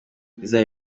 izaba